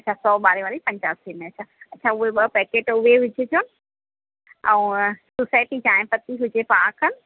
अच्छा सौ ॿारहं वारी पंजासी में अच्छा अच्छा उहे ॿ पैकिट उहे विझझां ऐं सोसाइटी चाहिंपत्ती हुजे पाव खनि